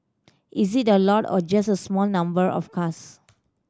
is it a lot or just a small number of cars